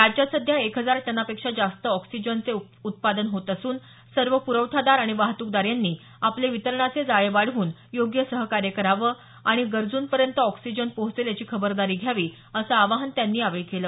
राज्यात सध्या एक हजार टनापेक्षा जास्त ऑक्सिजनचे उत्पादन होत असून सर्व प्रवठादार आणि वाहतूकदार यांनी आपले वितरणाचे जाळे वाढवून योग्य सहकार्य करावे आणि गरजुंपर्यंत ऑक्सिजन पोहचेल याची खबरदारी घ्यावी असं आवाहन त्यांनी यावेळी केलं